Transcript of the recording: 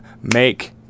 make